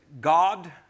God